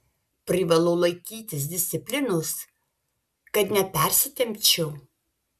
privalau laikytis disciplinos kad nepersitempčiau